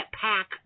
pack